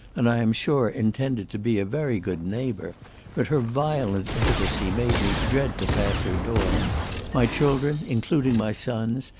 and i am sure intended to be a very good neighbour but her violent intimacy made me dread to pass her door my children, including my sons,